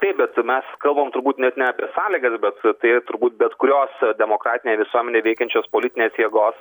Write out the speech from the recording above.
taip bet mes kalbam turbūt net ne apie sąlygas bet tai turbūt bet kurios demokratinėj visuomenėj veikiančios politinės jėgos